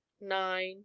nine